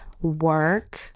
work